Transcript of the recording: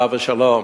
עליו השלום: